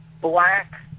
black